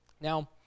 Now